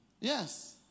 Yes